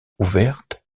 ouverte